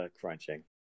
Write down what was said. crunching